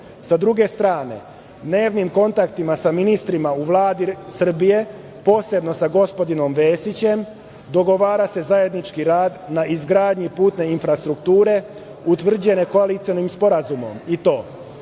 druge strane, dnevnim kontaktima sa ministrima u Vladi Republike Srbije, posebno sa gospodinom Vesićem dogovara se zajednički rad na izgradnji putne infrastrukture utvrđene koalicionim sporazumom i to